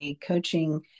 coaching